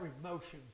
emotions